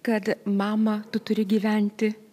kad mama tu turi gyventi